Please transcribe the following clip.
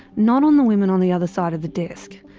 not on the women on the other side of the desk.